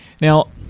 Now